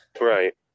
Right